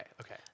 Okay